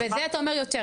וזה אתה אומר יותר?